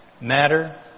matter